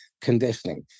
conditioning